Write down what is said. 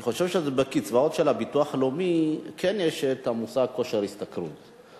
אני חושב שבקצבאות של הביטוח הלאומי כן יש מושג "כושר השתכרות",